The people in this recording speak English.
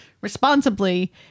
responsibly